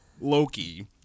loki